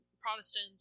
Protestant